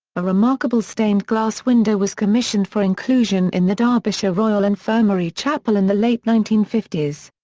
a remarkable stained glass window was commissioned for inclusion in the derbyshire royal infirmary chapel in the late nineteen fifty s.